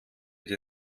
die